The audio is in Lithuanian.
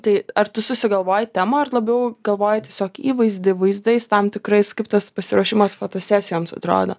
tai ar tu susigalvoji temą ar labiau galvoji tiesiog įvaizdį vaizdais tam tikrais kaip tas pasiruošimas fotosesijoms atrodo